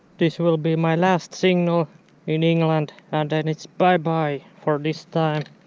this will be my last signal in england and then it's bye-bye for this time.